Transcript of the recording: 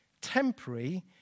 temporary